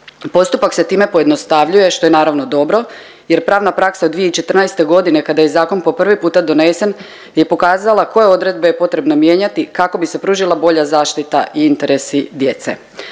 Postupak se time pojednostavljuje što je naravno dobro jer pravna praksa od 2014. godine kada je zakon po prvi puta donesen, je pokazala koje odredbe je potrebno mijenjati kako bi se pružila bolja zaštita i interesi djece.